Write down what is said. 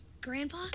Grandpa